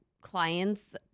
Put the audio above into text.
clients